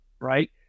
right